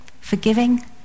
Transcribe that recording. forgiving